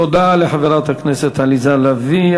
תודה לחברת הכנסת עליזה לביא.